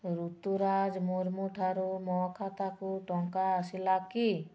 ରୁତୁରାଜ ମୁର୍ମୁଠାରୁ ମୋ ଖାତାକୁ ଟଙ୍କା ଆସିଲା କି